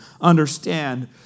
understand